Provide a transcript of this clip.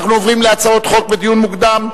אנחנו עוברים להצעות חוק בדיון מוקדם.